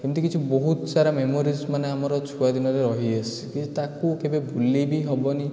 ଏମିତି କିଛି ବହୁତ ସାରା ମେମୋରିଜ୍ ମାନେ ଆମର ଛୁଆଦିନର ରହିଆସିଛି କି ତାକୁ କେବେ ଭୁଲି ବି ହେବନି